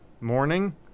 morning